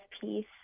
piece